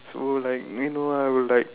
so like you know I will like